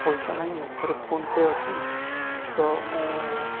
ପଇସା ନାହିଁ ମୋ ପାଖରେ ଫୋନ୍ପେ' ଅଛି ତ ମୁଁ